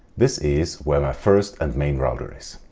this is where my first and main router is.